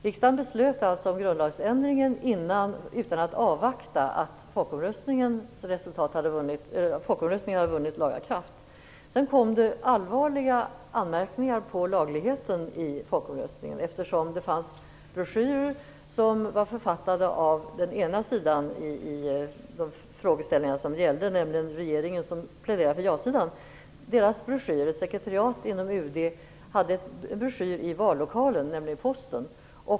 Riksdagen beslutade alltså om grundlagsändringen utan att avvakta att folkomröstningen hade vunnit laga kraft. Sedan kom det allvarliga anmärkningar när det gällde lagligheten i folkomröstningen, eftersom det fanns broschyrer som var författade av den ena sidan, dvs. den sida som pläderade för ett ja. Broschyren från sekretariatet inom UD fanns i vallokalen, på Posten.